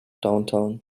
downtown